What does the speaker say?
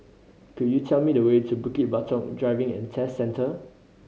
could you tell me the way to Bukit Batok Driving and Test Centre